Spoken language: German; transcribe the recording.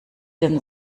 denn